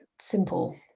simple